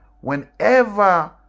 whenever